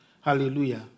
Hallelujah